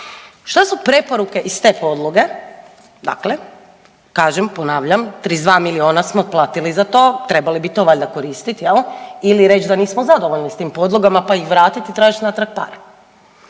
Šta su preporuke iz te podloge? Dakle, kažem, ponavljam, 32 milijuna smo platili za to, trebali bi to valjda koristiti, je li? Ili reći da nismo zadovoljni s tim podlogama pa ih vratiti i tražit natrag pare.